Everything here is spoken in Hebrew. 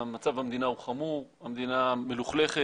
המצב במדינה הוא חמור, המדינה מלוכלכת.